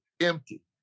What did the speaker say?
empty